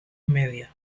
media